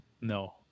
No